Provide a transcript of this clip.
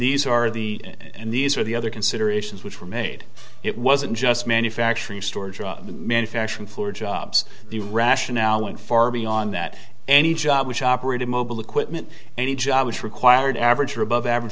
these are the and these are the other considerations which were made it wasn't just manufacturing store job and manufacturing for jobs the rationale going far beyond that any job which operated mobile equipment any job was required average or above average